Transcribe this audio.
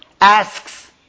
asks